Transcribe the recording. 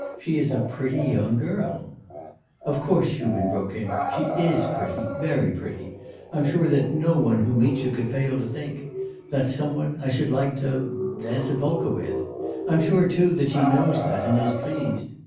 she is a pretty young girl of course shubin broke in, she is pretty, very pretty i am um sure that no one who meets her could fail to think that's some one i should like to dance a polka with i'm sure, too, that she knows that, and is pleased.